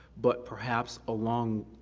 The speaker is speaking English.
but perhaps alongside,